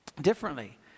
differently